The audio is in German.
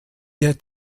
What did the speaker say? der